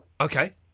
Okay